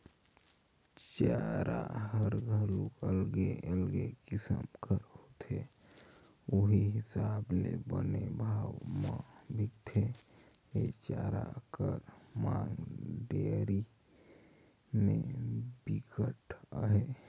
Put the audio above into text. चारा हर घलोक अलगे अलगे किसम कर होथे उहीं हिसाब ले बने भाव में बिकथे, ए चारा कर मांग डेयरी में बिकट अहे